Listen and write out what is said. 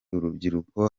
urubyiruko